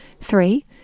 Three